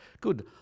good